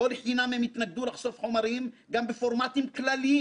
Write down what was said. לא לחינם הם התנגדו לחשוף חומרים גם בפורמטים כלליים.